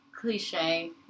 cliche